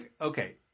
okay